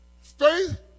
Faith